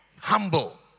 Humble